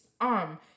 arm